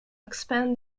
expand